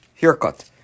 haircut